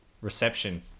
reception